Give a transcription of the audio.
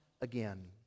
again